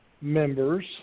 members